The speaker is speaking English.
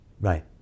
Right